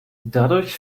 dadurch